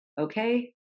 Okay